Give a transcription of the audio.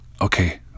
okay